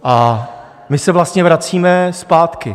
A my se vlastně vracíme zpátky.